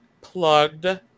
plugged